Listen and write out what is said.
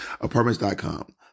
Apartments.com